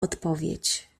odpowiedź